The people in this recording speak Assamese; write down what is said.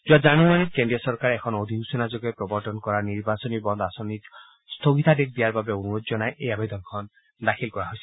যোৱা জানুৱাৰীত কেন্দ্ৰীয় চৰকাৰে এখন অধিসূচনাযোগে প্ৰৱৰ্তন কৰা নিৰ্বাচনী বণু আঁচনিত স্থগিতাদেশ দিয়াৰ বাবে অনুৰোধ জনাই এই আবেদনখন দখিল কৰা হৈছিল